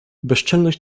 bezczelność